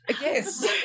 Yes